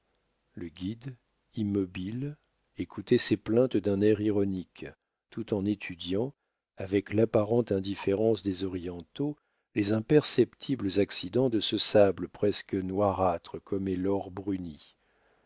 le guide immobile écoutait ses plaintes d'un air ironique tout en étudiant avec l'apparente indifférence des orientaux les imperceptibles accidents de ce sable presque noirâtre comme est l'or bruni